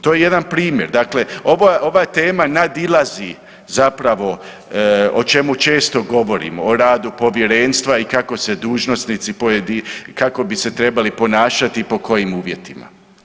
To je jedan primjer, dakle ovo, ova tema nadilazi zapravo o čemu često govorimo, o radu povjerenstva i kako se dužnosnici, pojedi, kako bi se trebali ponašati, po kojim uvjetima.